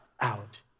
out